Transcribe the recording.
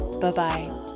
Bye-bye